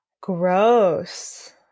Gross